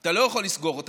אתה לא יכול לסגור אותן.